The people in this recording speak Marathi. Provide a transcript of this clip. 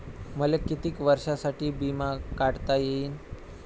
मले कितीक वर्षासाठी बिमा काढता येईन?